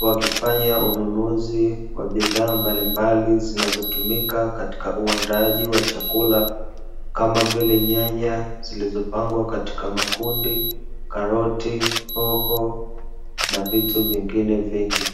wakifanya ununuzi wa bidhaa mbalimbali, zinazotumika katika uandaaji wa chakula kama vile nyanya zilizopangwa katika makundi, karoti, hoho na vitu vingine vingi.